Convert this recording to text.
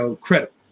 credit